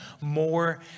more